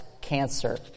cancer